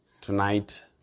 tonight